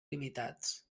limitats